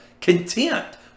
content